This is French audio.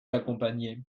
accompagnait